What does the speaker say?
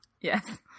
Yes